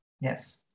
Yes